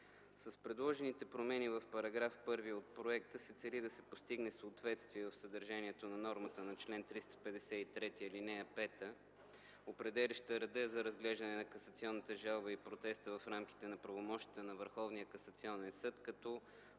С предложените промени в § 1 от проекта се цели да се постигне съответствие в съдържанието на нормата на чл. 353, ал. 5, определяща реда за разглеждане на касационната жалба и протеста в рамките на правомощията на Върховния